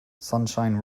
sunshine